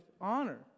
honor